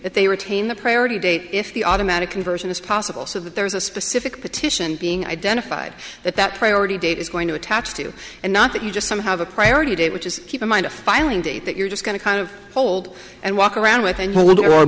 they retain the priority date if the automatic conversion is possible so that there's a specific petition being identified that that priority date is going to attach to and not that you just some have a priority date which is keep in mind a filing date that you're just going to kind of hold and walk around with and